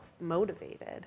motivated